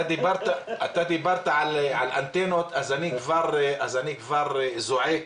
אתה דיברת על אנטנות אז אני כבר זועק,